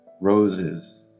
roses